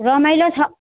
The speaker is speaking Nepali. रमाइलो छ